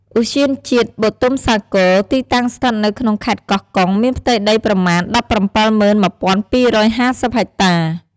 ឧទ្យានជាតិបុទុមសាគរ ទីតាំងស្ថិតនៅក្នុងខេត្តកោះកុង មានផ្ទៃដីប្រមាណ ១៧១,២៥០ ហិចតា។